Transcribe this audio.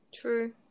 True